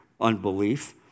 unbelief